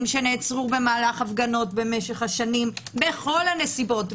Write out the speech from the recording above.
שנעצרו במהלך הפגנות במשך השנים בכל הנסיבות,